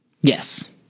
Yes